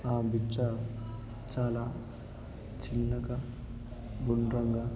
ఆ బిచ్చ చాలా చిన్నగా గుండ్రంగా